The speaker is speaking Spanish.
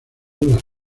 las